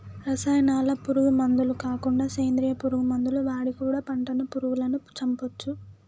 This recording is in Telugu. రసాయనాల పురుగు మందులు కాకుండా సేంద్రియ పురుగు మందులు వాడి కూడా పంటను పురుగులను చంపొచ్చు